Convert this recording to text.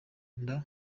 nda